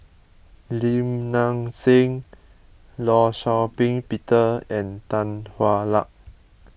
Lim Nang Seng Law Shau Ping Peter and Tan Hwa Luck